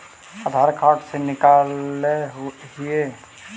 आधार card से निकाल हिऐ?